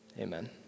Amen